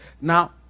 Now